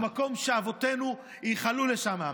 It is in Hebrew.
הוא מקום שאבותינו ייחלו לשם.